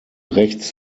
rechts